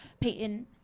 Peyton